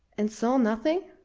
and saw nothing?